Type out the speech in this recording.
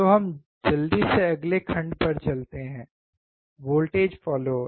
तो हमे जल्दी से अगले खंड पर चलते हैं वोल्टेज फॉलोअर